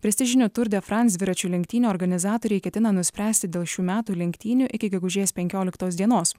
prestižinio tour de france dviračių lenktynių organizatoriai ketina nuspręsti dėl šių metų lenktynių iki gegužės penkioliktos dienos